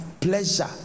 pleasure